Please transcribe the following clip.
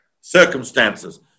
circumstances